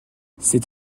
c’est